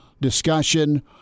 discussion